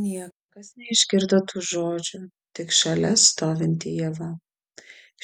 niekas neišgirdo tų žodžių tik šalia stovinti ieva